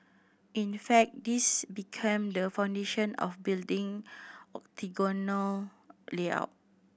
in fact this became the foundation of building octagonal layout